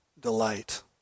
delight